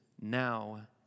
now